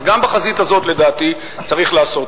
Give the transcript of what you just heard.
אז גם בחזית הזאת, לדעתי, צריך לעשות.